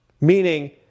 meaning